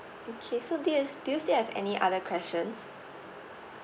okay so do you have do you still have any other questions